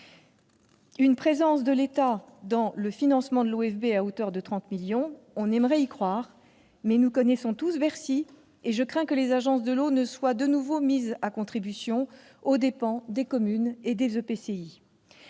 Une présence de l'État dans le financement de l'OFB à hauteur de 30 millions, on aimerait y croire, mais nous connaissons tous Bercy ... Je crains que les agences de l'eau ne soient de nouveau mises à contribution, et ce aux dépens des communes et des EPCI.